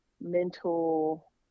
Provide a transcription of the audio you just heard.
mental